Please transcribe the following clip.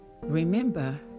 Remember